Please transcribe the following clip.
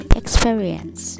experience